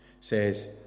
says